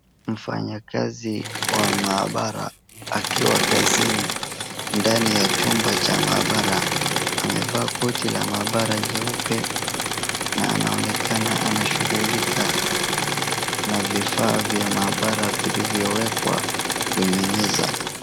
Mfanyakazi wa maabara akiwa kazini ndani ya chumba ya maabara amevaa koti la maabara jeupe na anaonekana anashughulika na vifaa vya maabara vilivyowekwa kwenye meza.